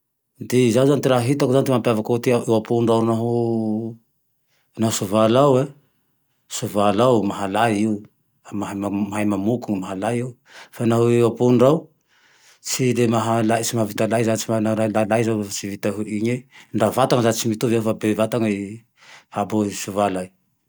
De izaho zane ty raha hitako ty mampiavaky ty apondra ao naho soavaly ao e: soavaly ao, mahalay io, mahay mamoko, mahalay io. Fa naho e apondra ao tsy de lmahal-tsy mahavita lay zane tsy manao raha lay, tsy vitao igny e. Dra vatae tsy mitovy fa be vatany e hahabo soavaly ay.